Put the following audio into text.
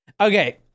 Okay